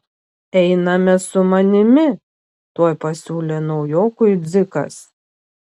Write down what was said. einame su manimi tuoj pasiūlė naujokui dzikas